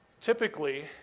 Typically